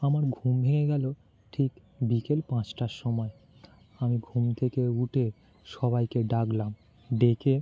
আমার ঘুম ভেঙে গেলো ঠিক বিকেল পাঁচটার সময় আমি ঘুম থেকে উঠে সবাইকে ডাকলাম ডেকে